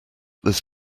this